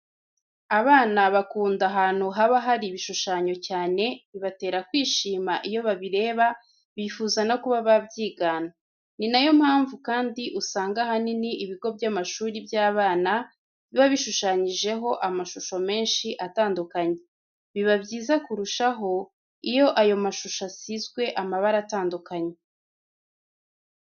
Abana bakunda ahantu haba hari ibishushanyo cyane bibatera kwishima iyo babireba bifuza no kuba babyigana. Ni na yo mpamvu kandi usanga ahanini ibigo by'amashuri by'abana biba bishushanyijeho amashusho menshi atandukanye. Biba byiza kurushaho iyo ayo mashusho asizwe amabara atandukanye.